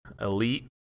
elite